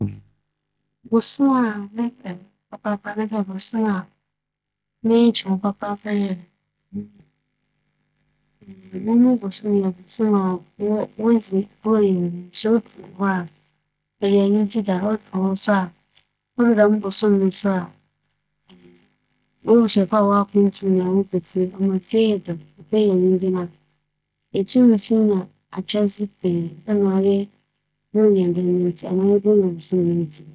Obiradzi bosoom no nye bosoom a m'enyi gye ho papaapa osiandɛ no mu na wͻwoo me na afei so abosoom duebien no, ͻno na ͻkyɛ mu ebien pɛpɛɛpɛr. Medze ͻno so to nkyɛn a, mpɛn pii no ehwɛ wiadze afaana nyinara mu a, etsitsir a wͻwͻ mu, hͻn mu dodowara dɛm obiradzi bosoom yi na wͻwoo hͻn. Iyi nye siantsir a mepɛ dɛm bosoom yi papaapa.